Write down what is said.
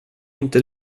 inte